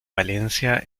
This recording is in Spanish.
valencia